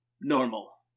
normal